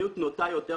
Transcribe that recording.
המדיניות נוטה יותר